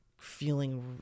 feeling